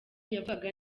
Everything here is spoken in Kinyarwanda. yavugaga